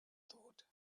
thought